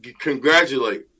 congratulate